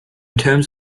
terms